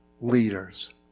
leaders